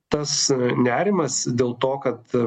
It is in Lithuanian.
tas nerimas dėl to kad